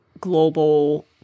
global